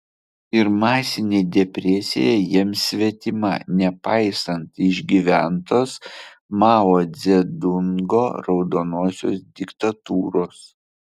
ir masinė depresija jiems svetima nepaisant išgyventos mao dzedungo raudonosios diktatūros